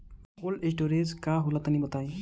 Cold storage का होला तनि बताई?